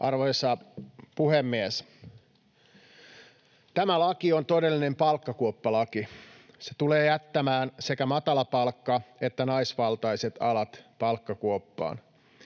Arvoisa puhemies! Tämä laki on todellinen palkkakuoppalaki. Se tulee jättämään sekä matalapalkka- että naisvaltaiset alat palkkakuoppaan.